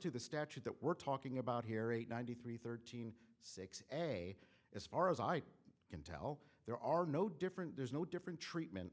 to the statute that we're talking about here eight ninety three thirteen six a as far as i can tell there are no different there's no different treatment